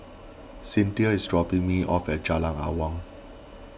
Cyntha is dropping me off at Jalan Awang